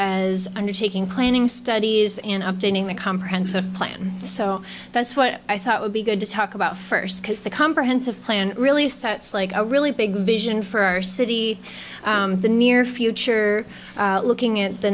as undertaking planning studies in obtaining a comprehensive plan so that's what i thought would be good to talk about first because the comprehensive plan really sets like a really big vision for our city in the near future looking at the